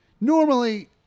normally